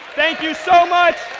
thank you so much!